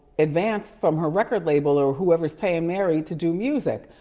advance from her record label or whoever's paying mary to do music.